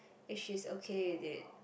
if she's okay with it